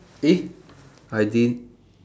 see I didn't